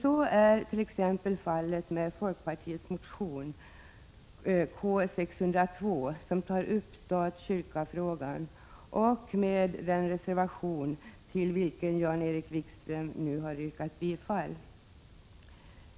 Så är t.ex. fallet med folkpartiets motion K602 som tar upp stat-kyrkafrågan och den reservation till vilken Jan-Erik Wikström har yrkat bifall.